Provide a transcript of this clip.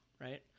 right